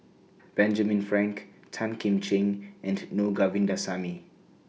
Benjamin Frank Tan Kim Ching and Na Govindasamy